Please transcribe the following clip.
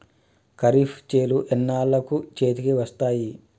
ఖరీఫ్ చేలు ఎన్నాళ్ళకు చేతికి వస్తాయి?